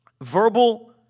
verbal